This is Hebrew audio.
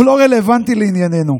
הוא לא רלוונטי לענייננו.